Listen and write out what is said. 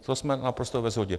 To jsme naprosto ve shodě.